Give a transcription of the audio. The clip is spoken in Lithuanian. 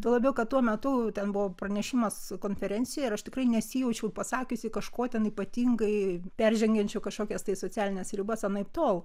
tuo labiau kad tuo metu ten buvo pranešimas konferencijoje ir aš tikrai nesijaučiau pasakiusi kažkuo ten ypatingai peržengiančiu kažkokias tai socialines ribas anaiptol